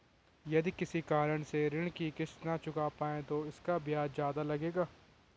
यदि किसी कारण से ऋण की किश्त न चुका पाये तो इसका ब्याज ज़्यादा लगेगा?